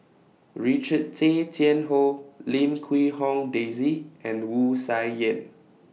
Richard Tay Tian Hoe Lim Quee Hong Daisy and Wu Tsai Yen